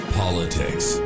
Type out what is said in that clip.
politics